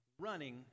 running